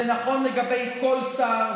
זה נכון לגבי כל שר,